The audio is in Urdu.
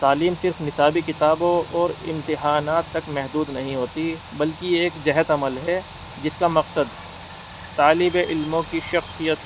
تعلیم صرف نصابی کتابوں اور امتحانات تک محدود نہیں ہوتی بلکہ یہ ایک جہد عمل ہے جس کا مقصد طالب علموں کی شخصیت